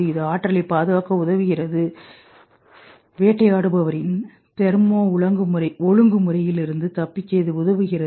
இது ஆற்றலைப் பாதுகாக்க உதவுகிறது வேட்டையாடுபவரின் தெர்மோ ஒழுங்குமுறையிலிருந்து தப்பிக்க இது உதவுகிறது